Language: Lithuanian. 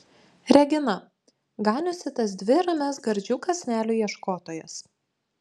regina ganiusi tas dvi ramias gardžių kąsnelių ieškotojas